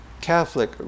Catholic